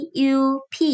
Cup